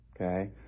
Okay